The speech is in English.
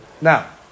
Now